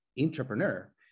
entrepreneur